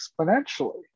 exponentially